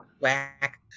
Whack